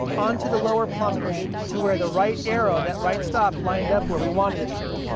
onto the lower plumbing to where the right arrow, that right stop, lined up where we wanted it to.